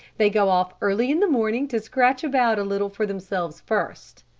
they go off early in the morning, to scratch about a little for themselves first.